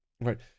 right